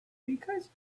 because